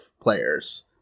players